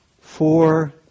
four